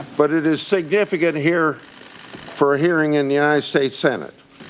but it is significant here for a hearing in the united states senate.